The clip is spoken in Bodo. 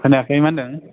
खोनायाखै मा होन्दों